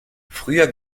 früher